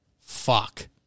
Fuck